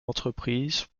entreprise